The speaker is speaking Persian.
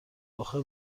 اخه